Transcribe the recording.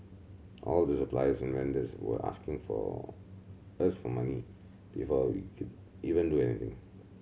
all the suppliers and vendors were asking for as for money before we could even do anything